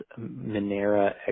Minera